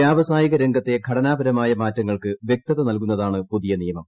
വ്യാവസായിക രംഗത്തെ ഘടനാപരമായ മാറ്റങ്ങൾക്ക് വൃക്തത നൽകുന്നതാണ് പുതിയ നിയമം